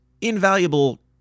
invaluable